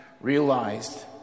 realized